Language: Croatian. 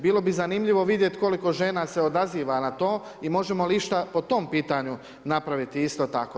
Bilo bi zanimljivo vidjet koliko žena se odaziva na to i možemo li išta po tom pitanju napraviti isto tako.